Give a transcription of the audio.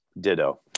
Ditto